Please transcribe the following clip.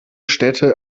städte